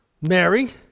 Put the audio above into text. Mary